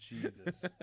Jesus